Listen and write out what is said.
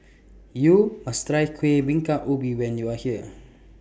YOU must Try Kueh Bingka Ubi when YOU Are here